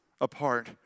apart